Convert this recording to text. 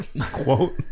quote